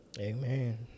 Amen